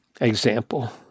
example